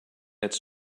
its